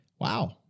wow